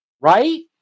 Right